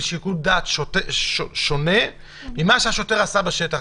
שיקול דעת שונה ממה שהשוטר עשה בשטח.